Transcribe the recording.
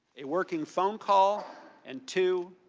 a working phone call and two,